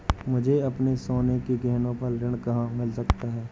मुझे अपने सोने के गहनों पर ऋण कहाँ मिल सकता है?